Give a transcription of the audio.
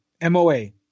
M-O-A